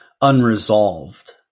unresolved